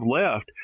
left